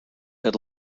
had